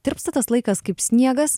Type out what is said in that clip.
tirpsta tas laikas kaip sniegas